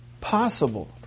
possible